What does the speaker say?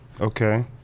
Okay